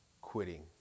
quitting